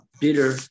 bitter